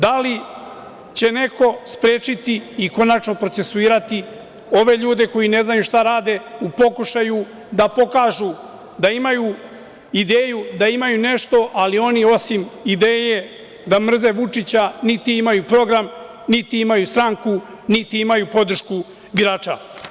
Da li će neko sprečiti i konačno procesuirati ove ljude koji ne znaju šta rade u pokušaju da pokažu da imaju ideju, da imaju nešto, ali oni osim ideje da mrze Vučića niti imaju program, niti imaju stranku, niti imaju podršku birača.